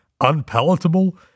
unpalatable